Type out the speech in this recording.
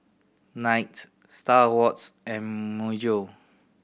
Knight Star Awards and Myojo